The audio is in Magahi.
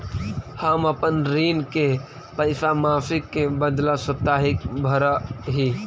हम अपन ऋण के पैसा मासिक के बदला साप्ताहिक भरअ ही